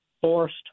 forced